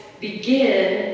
begin